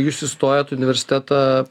jūs įstojot į universitetą